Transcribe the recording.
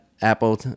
Apple